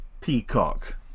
Peacock